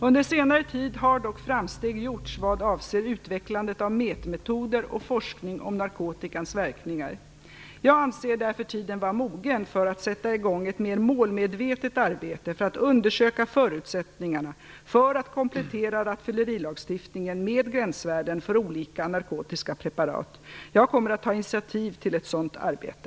Under senare tid har dock framsteg gjorts vad avser utvecklandet av mätmetoder och forskning om narkotikans verkningar. Jag anser därför tiden vara mogen för att sätta i gång ett mer målmedvetet arbete för att undersöka förutsättningarna för att komplettera rattfyllerilagstiftningen med gränsvärden för olika narkotiska preparat. Jag kommer att ta initiativ till ett sådant arbete.